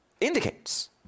indicates